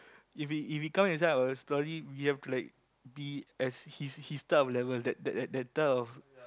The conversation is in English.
if he if he come inside our story we have like be as his his type of level that that that type of